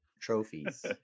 trophies